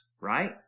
right